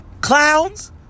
clowns